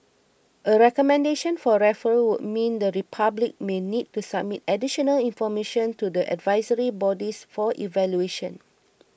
a recommendation for referral would mean the Republic may need to submit additional information to the advisory bodies for evaluation